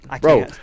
Bro